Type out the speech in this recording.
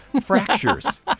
Fractures